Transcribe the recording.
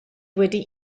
wedi